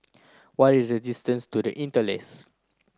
what is the distance to The Interlace